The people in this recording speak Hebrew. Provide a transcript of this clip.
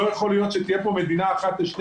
לא יכול להיות שתהיה פה מדינה אחת לשני